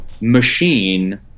machine